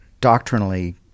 doctrinally